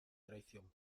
traición